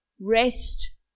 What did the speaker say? rest